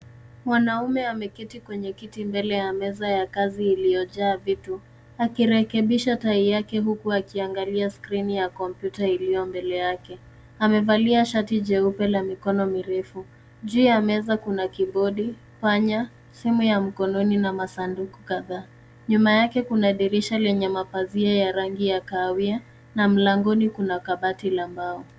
Mwanamume ameketi kwenye kiti mbele ya meza ya kazi iliyojaa vitu akirekebisha tai yake huku akiangalia skrini ya kompyuta iliyo mbele yake. Amevalia shati jeupe la mikono mirefu. Juu ya meza kuna kibodi, panya, simu ya mkononi na masanduku kadhaa. Nyuma yake kuna dirisha lenye mapazia ya rangi ya kahawia na mlangoni kuna kabati la mbao.